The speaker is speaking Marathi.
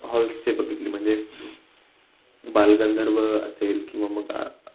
हॉल्सचे बघितले म्हणजे बालगंधर्व असेल किंवा मग